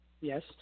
Yes